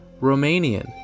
Romanian